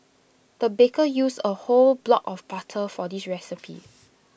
the baker used A whole block of butter for this recipe